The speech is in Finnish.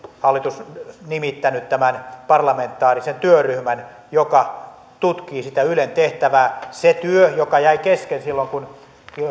hallitus nimittänyt tämän parlamentaarisen työryhmän joka tutkii sitä ylen tehtävää nyt on tärkeää että se työ joka jäi kesken silloin kun